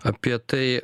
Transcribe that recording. apie tai